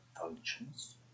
functions